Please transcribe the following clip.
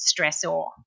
stressor